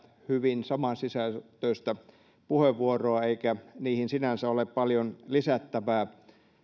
hyvin saman sisältöistä puheenvuoroa eikä niihin sinänsä ole paljon lisättävää